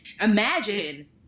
imagine